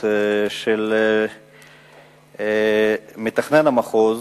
הצעות לגבי מתכנן המחוז,